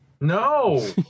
No